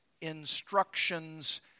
instructions